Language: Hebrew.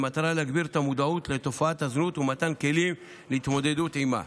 במטרה להגביר את המודעות לתופעת הזנות ומתן כלים להתמודדות עימה.